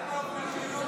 נעבור לנושא